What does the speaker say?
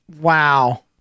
Wow